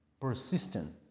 persistent